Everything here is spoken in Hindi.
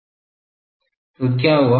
तो क्या हुआ